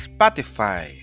Spotify